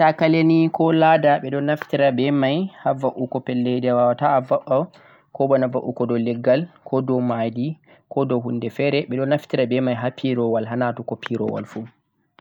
matakala ni ko ladder beh do naftira beh mai ha va'ugo pellel a wawata a va'a ko bana va'ugo do leggal ko do mahdi ko do hunde fere bedo naftira beh mai ha pirowol ha natugo pirowol fuu